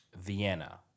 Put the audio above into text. Vienna